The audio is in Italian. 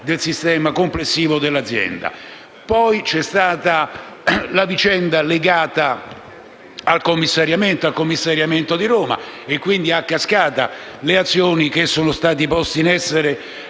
del sistema complessivo dell'azienda. Poi ci sono stati la vicenda del commissariamento di Roma e quindi, a cascata, le azioni poste in essere